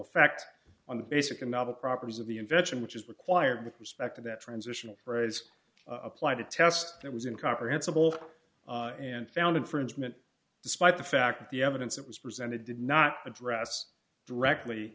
effect on the basic and novel properties of the invention which is required with respect to that transitional phrase apply the test that was in comprehensible and found infringement despite the fact that the evidence it was presented did not address directly